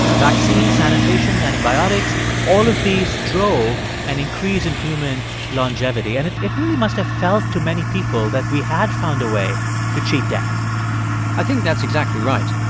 vaccines, sanitations, antibiotics all of these drove an increase in human longevity. and it it really must have felt to many people that we had found a way to cheat death i think that's exactly right.